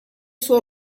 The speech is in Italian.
suo